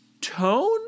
tone